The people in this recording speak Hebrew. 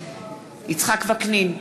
יצחק וקנין,